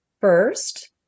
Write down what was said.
first